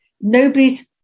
nobody's